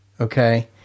okay